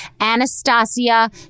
Anastasia